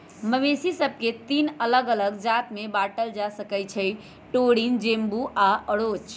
मवेशि सभके तीन अल्लग अल्लग जात में बांटल जा सकइ छै टोरिन, जेबू आऽ ओरोच